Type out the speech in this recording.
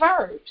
verbs